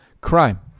crime